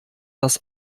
das